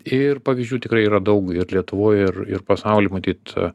ir pavyzdžių tikrai yra daug ir lietuvoj ir ir pasauly matyt